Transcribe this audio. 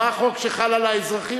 מה החוק שחל על האזרחים,